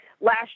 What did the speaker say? last